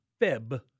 feb